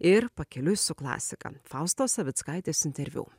ir pakeliui su klasika faustos savickaitės interviu